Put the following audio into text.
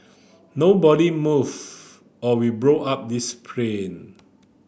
nobody move or we blow up this plane